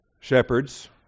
shepherds